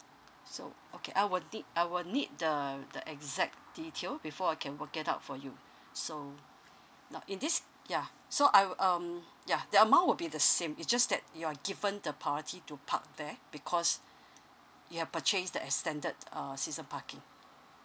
so okay I will need I will need the the exact detail before I can work it out for you so now in this yeah so I will um yeah the amount would be the same is just that you're given the priority to park there because you've purchase the extended uh season parking